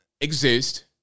exist